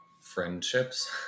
friendships